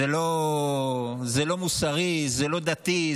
זה לא מוסרי, זה לא דתי.